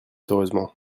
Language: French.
heureusement